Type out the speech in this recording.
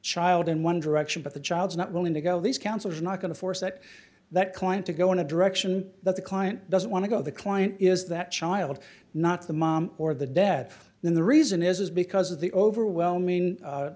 child in one direction but the child's not willing to go these councils is not going to force that that client to go in the direction that the client doesn't want to go the client is that child not the mom or the death in the reason is because of the overwhelming